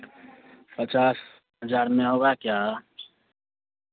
पचास हज़ार में होगा क्या